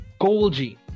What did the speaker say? Golgi